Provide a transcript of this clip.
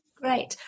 Great